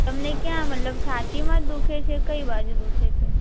તમને ક્યાં મતલબ છાતીમાં જ દુખે છે કઈ બાજુ દુખે છે